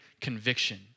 conviction